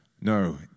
No